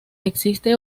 existe